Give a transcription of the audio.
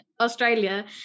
Australia